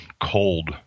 cold